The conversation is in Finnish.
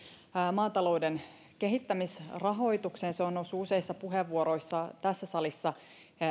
maatalouden kehittämisrahoitukseen se on noussut useissa puheenvuoroissa tässä salissa